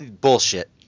Bullshit